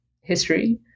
history